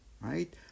right